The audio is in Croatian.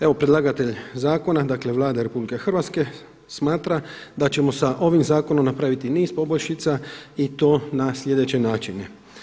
Evo, predlagatelj zakona, dakle Vlada RH smatra da ćemo sa ovim zakonom napraviti niz poboljšica i to na sljedeće načine.